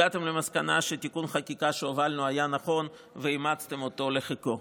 הגעתם למסקנה שתיקון חקיקה שהובלנו היה נכון ואימצתם אותו לחיקכם,